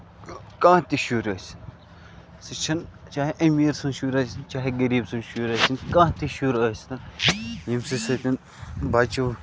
کانہہ تہِ شُر ٲسِنۍ سُہ چھُنہٕ چاہے أمیٖر سُند شُرۍ ٲسِنۍ چاہے غریٖبب سُند شُرۍ ٲسِنۍ کانہہ تہِ شُر ٲسۍتن ییٚمسے سۭتۍ بَچہٕ